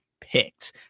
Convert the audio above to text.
picked